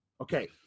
Okay